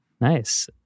Nice